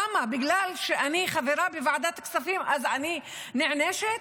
למה, בגלל שאני חברה בוועדת הכספים, אני נענשת?